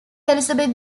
elizabeth